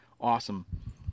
awesome